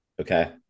okay